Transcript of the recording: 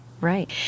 Right